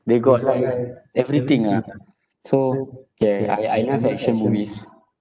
they got like everything ah so K I I love action movies